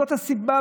זאת הסיבה,